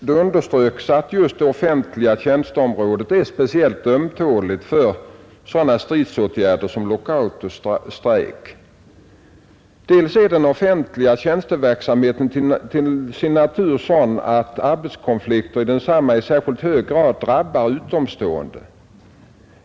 Det underströks att det offentliga tjänsteområdet är speciellt ömtåligt för sådana stridsåtgärder som lockout och strejk. I propositionen uttalades: ”Dels är den offentliga tjänsteverksamheten till sin natur sådan att arbetskonflikter inom densamma i särskilt hög grad drabbar utomstående.